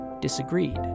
disagreed